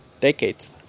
decades